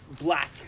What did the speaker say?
black